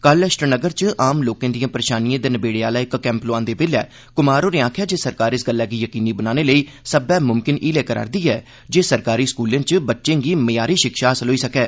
कल श्रीनगर च आम लोकें दिएं परेशानिएं दे नबेड़े आहला इक कैंप लोआरदे बेल्लै कुमार होरें आखेआ जे सरकार इस गल्लै गी यकीनी बनाने लेई सब्बै मुमकिन हीले करै'रदी ऐ जे सरकारी स्कूले च बच्चे गी मय्यारी शिक्षा हासल होई सकै